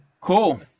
Cool